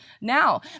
now